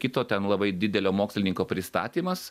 kito ten labai didelio mokslininko pristatymas